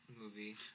movie